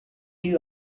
you